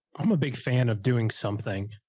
i'm a big fan of doing something,